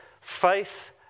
faith